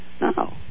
No